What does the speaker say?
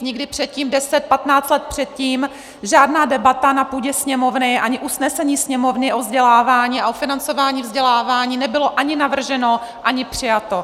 Nikdy předtím, deset, patnáct let předtím, žádná debata na půdě Sněmovny ani usnesení Sněmovny o vzdělávání a o financování vzdělávání nebylo ani navrženo, ani přijato.